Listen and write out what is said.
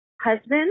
husband